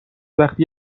وقتی